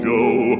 Joe